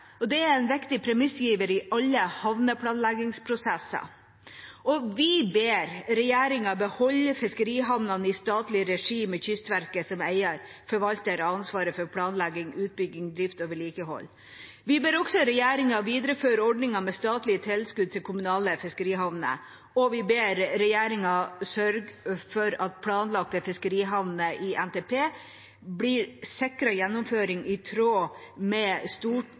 kompetanse. Det er en viktig premissgiver i alle havneplanleggingsprosesser. Vi ber regjeringa beholde fiskerihavnene i statlig regi med Kystverket som eier og forvalter av ansvaret for planlegging, utbygging, drift og vedlikehold. Vi ber også regjeringa videreføre ordningen med statlige tilskudd til kommunale fiskerihavner, og vi ber regjeringa sørge for at planlagte fiskerihavner i NTP blir sikret gjennomføring i tråd med